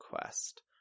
quest